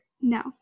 No